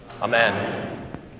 Amen